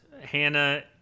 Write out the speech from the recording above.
Hannah